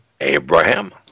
Abraham